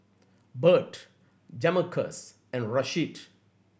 Bert Jamarcus and Rasheed